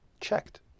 checked